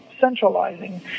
centralizing